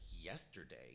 yesterday